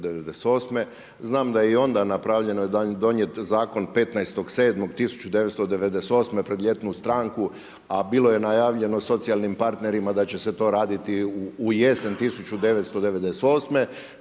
znam da je i onda napravljena da je donijet zakon 15.7.1998. pred ljetnu stanku a bilo je najavljeno socijalnim partnerima da će se to raditi u jesen 1998.